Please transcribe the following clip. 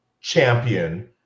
champion